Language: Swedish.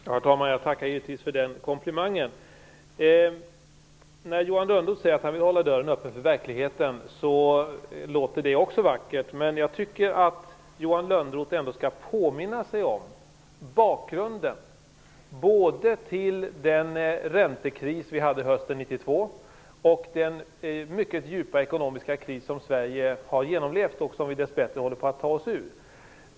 Herr talman! Jag tackar givetvis för den komplimangen. När Johan Lönnroth säger att han vill hålla dörren öppen för verkligheten låter det också vackert. Men jag tycker att Johan Lönnroth ändå skall påminna sig om bakgrunden till både den räntekris som vi hade hösten 1992 och den mycket djupa ekonomiska kris som Sverige har genomlevt och som vi dess bättre håller på att ta oss ur.